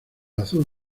azul